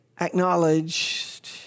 acknowledged